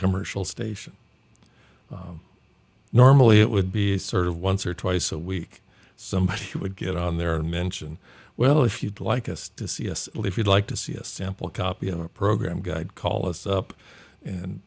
commercial station normally it would be a sort of once or twice a week somebody would get on there and mention well if you'd like us to see us if you'd like to see a sample copy of a program guide call us up and